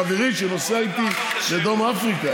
אני עונה על שאלה של חברי שנוסע איתי לדרום אמריקה,